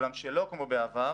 אולם שלא כמו בעבר,